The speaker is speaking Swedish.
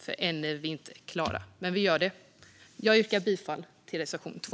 Än är vi inte klara. Men vi gör det. Jag yrkar bifall till reservation 2.